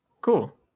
Cool